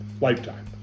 lifetime